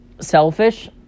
selfish